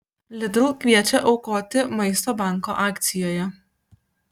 lidl kviečia aukoti maisto banko akcijoje